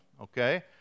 okay